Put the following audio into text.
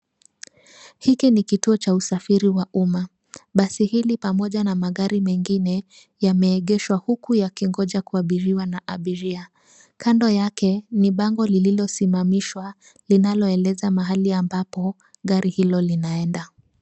Hiki ni kituo cha usafiri wa umma. Basi hili pamoja na magari mengine yameegeshwa huku yakingoja kuabiriwa na abiria. Kando yake ni bango lililosimamishwa linaloeleza mahali ambapo gari hilo linaenda.